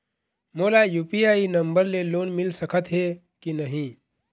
मोला UPI number ले loan मिल सकथे कि नहीं?